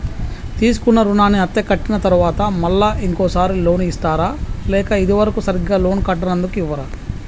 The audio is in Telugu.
తీసుకున్న రుణాన్ని అత్తే కట్టిన తరువాత మళ్ళా ఇంకో సారి లోన్ ఇస్తారా లేక ఇది వరకు సరిగ్గా లోన్ కట్టనందుకు ఇవ్వరా?